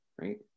right